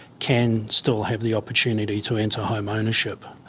can still have the opportunity to enter homeownership.